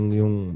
yung